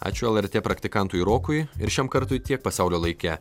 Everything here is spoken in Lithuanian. ačiū lrt praktikantui rokui ir šiam kartui tiek pasaulio laike